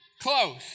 close